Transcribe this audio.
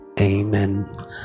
Amen